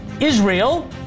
Israel